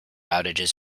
outages